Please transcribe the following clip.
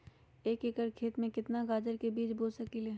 एक एकर खेत में केतना गाजर के बीज बो सकीं ले?